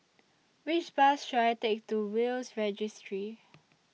Which Bus should I Take to Will's Registry